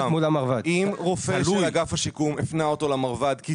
אם רופא של אגף השיקום הפנה אותו למרב"ד כי